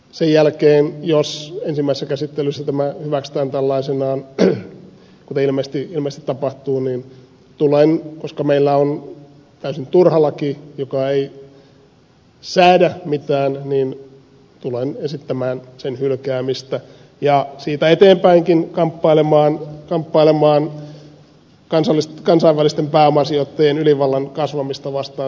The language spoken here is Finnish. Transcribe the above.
sen jälkeen jos ensimmäisessä käsittelyssä tämä hyväksytään tällaisenaan kuten ilmeisesti tapahtuu niin tulen koska meillä on täysin turha laki joka ei säädä mitään esittämään sen hylkäämistä ja siitä eteenpäinkin kamppailemaan kansainvälisten pääomasijoittajien ylivallan kasvamista vastaan suomalaisessa terveydenhuollossa